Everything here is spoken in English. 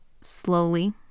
slowly